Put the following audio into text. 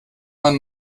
man